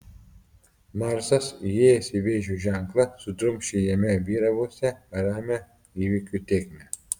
marsas įėjęs į vėžio ženklą sudrumsčia jame vyravusią ramią įvykių tėkmę